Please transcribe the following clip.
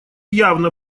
явно